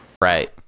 right